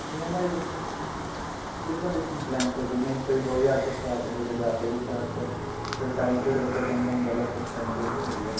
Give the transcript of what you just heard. E M I ਦੇ different plan ਹੈਗੇ ਨੇ ਕੋਈ ਦੋ ਹਜ਼ਾਰ ਤੋਂ ਸਟਾਰਟ ਏ ਕੋਈ ਹਜ਼ਾਰ ਤੋਂ ਵੀ ਸਟਾਰਟ ਏ ਫਿਰ ਟਾਈਮ ਪੀਰੀਅਡ ਵਧਦਾ ਜਾਂਦਾ ਅਲੱਗ ਅਲੱਗ ਟਾਈਮ ਪੀਰੀਅਡ ਦੇ ਹੈਗੇ ਆ